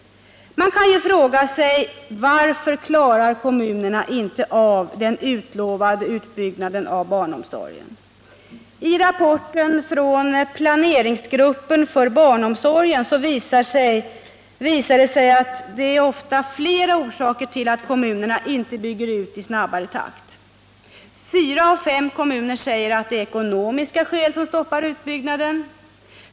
Varför klarar kommunerna inte av den utlovade utbyggnaden av barnomsorgen? Av rapporten från planeringsgruppen för barnomsorgen framgår det att det ofta finns flera orsaker till att kommunerna inte bygger ut i snabbare takt. Fyra kommuner av fem säger att det är ekonomiska skäl som stoppar utbyggnaden.